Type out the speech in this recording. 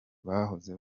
bahoze